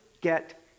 get